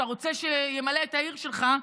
שאתה רוצה שימלא את העיר שלך,